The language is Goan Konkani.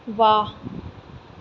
वाह